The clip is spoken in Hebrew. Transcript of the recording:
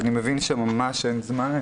אני מבין שממש אין זמן.